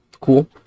cool